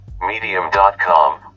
Medium.com